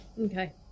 Okay